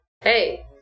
hey